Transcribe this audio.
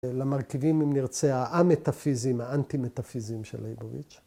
‫למרכיבים, אם נרצה, הא-מטאפיזיים, ‫האנטי-מטאפיזיים של ליבוביץ'.